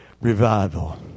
revival